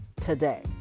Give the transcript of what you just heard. today